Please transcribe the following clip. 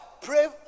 Pray